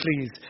please